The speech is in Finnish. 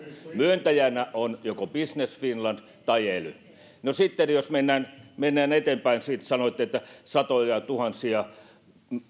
myöntäjänä on joko business finland tai ely no sitten jos mennään mennään eteenpäin sanoitte että satojatuhansia